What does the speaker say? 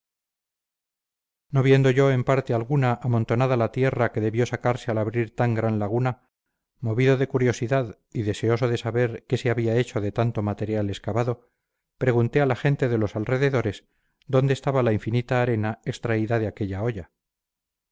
viendo yo en parte alguna amontonada la tierra que debió sacarse al abrir tan gran laguna movido de curiosidad y deseoso de saber qué se había hecho de tanto material excavado pregunté a la gente de los alrededores dónde estaba la infinita arena extraída de aquella hoya